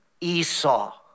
Esau